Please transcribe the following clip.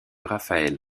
raphaël